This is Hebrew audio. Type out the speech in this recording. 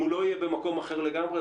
אם הוא לא יהיה במקום אחר לגמרי,